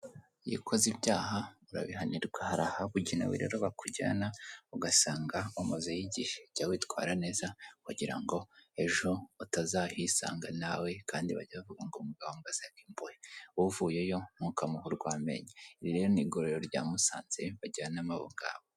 Iyo ukoze ibyaha urabihanirwa hari ahabugenewe rero bakujyana ugasanga umazeyo igihe jya witwara neza kugira ngo ejo utazahisanga nawe kandi bajye bavuga ngo mugaze imbohe uvuyeyo ntukamuhe urw'amenyo iri rero ni igororero rya musanze bajyanamo abo ngabo.